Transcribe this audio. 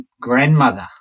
grandmother